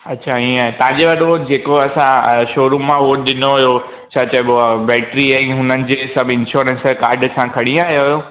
अछा हीअं तव्हांजे वटि उहो जेको असां शोरूम मां उहो ॾिनो हुयो छा चइबो आहे बैटरी ऐं उन्हनि जी सभु इंश्योरेंस जा कार्ड था खणी आया आहियो